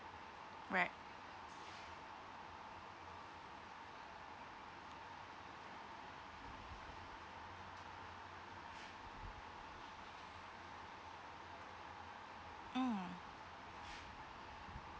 right mm